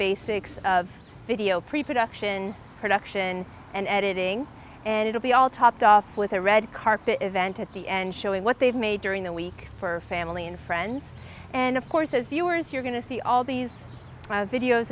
basics of video pre production production and editing and it'll be all topped off with a red carpet event at the end showing what they've made during the week for family and friends and of course as viewers you're going to see all these wild videos